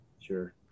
Sure